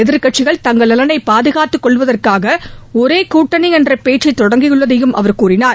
எதிர்க்கட்சிகள் தங்கள் நலனை பாதுகாத்துக் கொள்வதற்காக ஒரே கூட்டணி என்ற பேச்சை தொடங்கியுள்ளதாகவும் அவர் தெரிவித்தார்